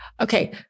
Okay